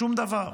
שום דבר.